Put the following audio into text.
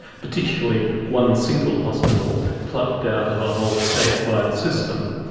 particularly one single hospital plucked out of a whole state-wide system.